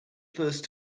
first